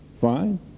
fine